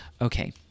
Okay